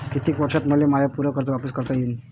कितीक वर्षात मले माय पूर कर्ज वापिस करता येईन?